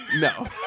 No